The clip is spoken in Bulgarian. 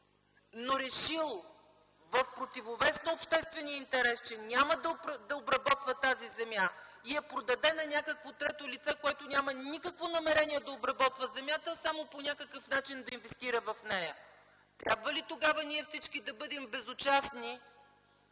но решил в противовес на обществения интерес, че няма да обработва тази земя и я продаде на някакво трето лице, което няма никакво намерение да я обработва, а само по някакъв начин да инвестира в нея, трябва ли тогава всички ние да бъдем безучастни